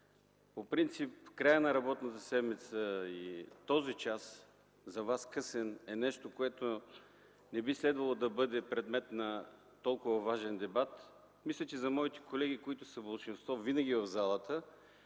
по принцип краят на работната седмица и този час, късен за вас, е нещо, което не би следвало да бъде предмет на толкова важен дебат, мисля, че за моите колеги, които са винаги болшинство в залата,